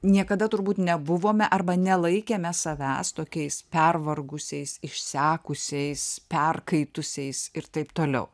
niekada turbūt nebuvome arba nelaikėme savęs tokiais pervargusiais išsekusiais perkaitusiais ir taip toliau